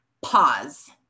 pause